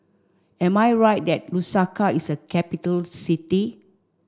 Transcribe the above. am I right that Lusaka is a capital city